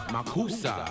Makusa